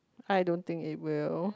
I don't think it will